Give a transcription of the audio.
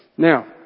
Now